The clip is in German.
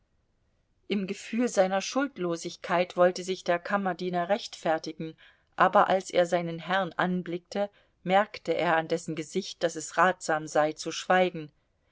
im gefühl seiner schuldlosigkeit wollte sich der kammerdiener rechtfertigen aber als er seinen herrn anblickte merkte er an dessen gesicht daß es ratsam sei zu schweigen